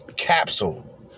Capsule